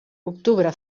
octubre